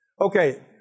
Okay